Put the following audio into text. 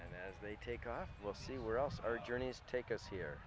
and as they take us we'll see where else are journeys take us here